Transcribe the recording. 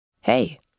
Hey